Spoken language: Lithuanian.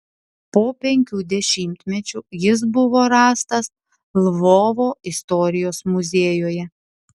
po penkių dešimtmečių jis buvo rastas lvovo istorijos muziejuje